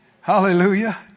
Hallelujah